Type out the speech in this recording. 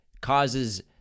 causes